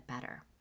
better